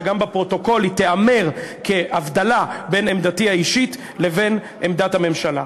שגם בפרוטוקול היא תיאמר כהבדלה בין עמדתי האישית לבין עמדת הממשלה.